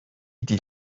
dydd